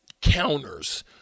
counters